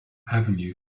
avenue